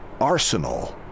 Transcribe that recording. Arsenal